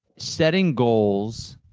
setting goals,